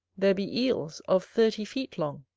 there be eels of thirty feet long.